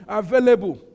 available